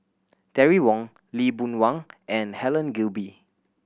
Terry Wong Lee Boon Wang and Helen Gilbey